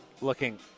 looking